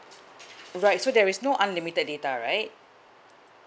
right so there is no unlimited data right